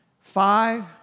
five